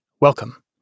Welcome